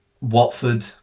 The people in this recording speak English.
Watford